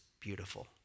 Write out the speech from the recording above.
beautiful